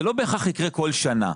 זה לא בהכרח יקרה כל שנה.